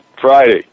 Friday